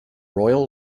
royal